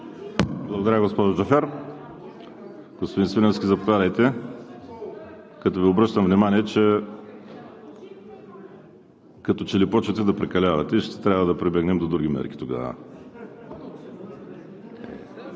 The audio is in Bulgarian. Благодаря, госпожо Джафер. Господин Свиленски, заповядайте, като Ви обръщам внимание, като че ли почвате да прекалявате и ще трябва да прибегнем до други мерки тогава.